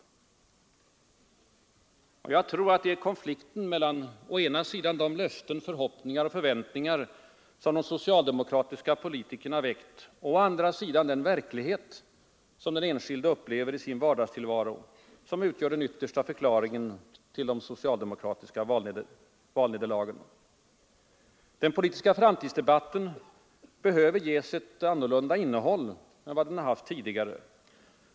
Jag tror att det är konflikten mellan å ena sidan de löften som givits, de förhoppningar och förväntningar som de socialdemokratiska politikerna väckt och å andra sidan den verklighet som den enskilde upplever i sin vardagstillvaro som utgör den yttersta förklaringen till de socialdem okratiska valnederlagen. Den politiska framtidsdebatten behöver ges ett annorlunda innehåll än vad den haft tidigare.